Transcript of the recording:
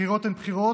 בחירות הן בחירות.